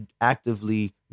actively